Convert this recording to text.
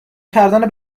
کردن